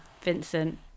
Vincent